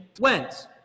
went